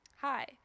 Hi